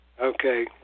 Okay